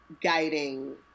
guiding